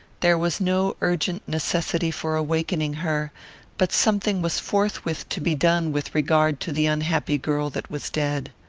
there was no urgent necessity for awakening her but something was forthwith to be done with regard to the unhappy girl that was dead.